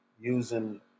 using